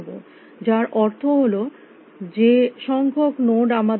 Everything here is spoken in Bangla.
যার অর্থ হল যে সংখ্যাক নোড আমাদের আছে